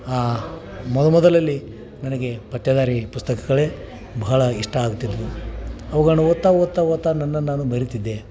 ಆ ಮೊದಮೊದಲಲ್ಲಿ ನನಗೆ ಪತ್ತೆದಾರಿ ಪುಸ್ತಕಗಳೇ ಬಹಳ ಇಷ್ಟ ಆಗ್ತಿದ್ದವು ಅವುಗಳ್ನ ಓದ್ತಾ ಓದ್ತಾ ಓದ್ತಾ ನನ್ನನ್ನು ನಾನು ಮರೀತಿದ್ದೆ